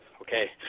okay